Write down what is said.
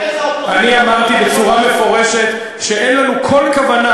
אני אמרתי בצורה מפורשת שאין לנו כל כוונה